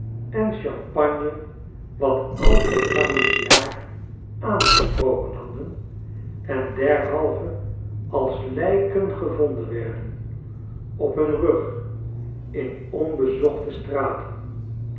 en champagne wat al te familiaar aangesproken hadden en derhalve als lijken gevonden werden op hun rug in onbe zochte straten